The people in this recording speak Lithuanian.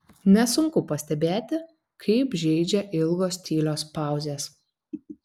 nesunku pastebėti kaip žeidžia ilgos tylios pauzės